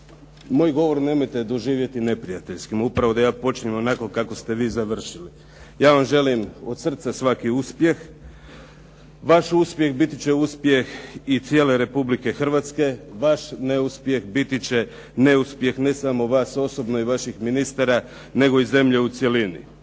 Moj govor nemojte doživjeti neprijateljskim. Upravo da ja počnem onako kako ste vi završili. Ja vam želim od srca svaki uspjeh. Vaš uspjeh biti će uspjeh i cijele Republike Hrvatske, vaš neuspjeh biti će neuspjeh ne samo vas osobno i vaših ministara, nego i zemlje u cjelini.